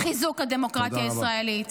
חיזוק הדמוקרטיה הישראלית.